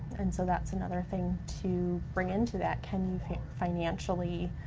and so that's another thing to bring into that. can you financially